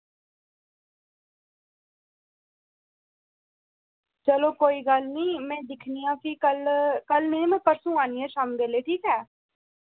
चलो कोई गल्ल नी में दिक्खनी आं फ्ही कल कल में ना परसूं आन्नी आं शाम्मी बेल्ले ठीक ऐ